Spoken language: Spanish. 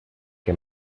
que